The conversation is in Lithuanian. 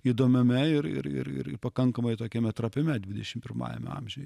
įdomiame ir ir ir pakankamai tokiame trapiame dvidešimt pirmajame amžiuje